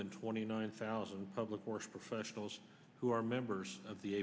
than twenty nine thousand public course professionals who are members of the